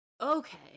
okay